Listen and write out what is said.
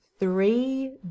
three